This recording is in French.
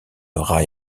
rail